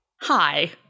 Hi